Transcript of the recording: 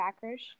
Packers